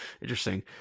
Interesting